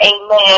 Amen